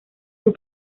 sus